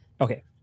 Okay